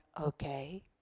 okay